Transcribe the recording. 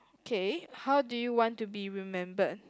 okay how do you want to be remembered